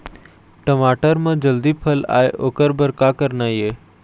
टमाटर म जल्दी फल आय ओकर बर का करना ये?